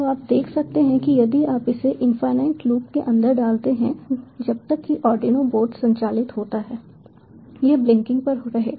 तो आप देख सकते हैं कि यदि आप इसे इन्फिनेट लूप के अंदर डालते हैं जब तक कि आर्डिनो बोर्ड संचालित होता है यह ब्लिंकिंग पर रहेगा